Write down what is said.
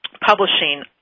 publishing